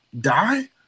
die